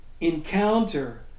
encounter